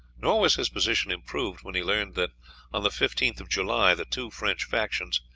nor was his position improved when he learned that on the fifteenth of july the two french factions,